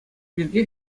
пирки